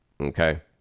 okay